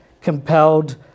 compelled